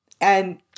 and-